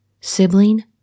sibling